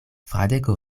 fradeko